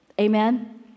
amen